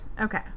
Okay